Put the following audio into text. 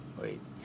wait